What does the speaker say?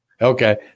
Okay